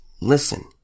Listen